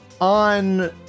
on